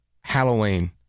Halloween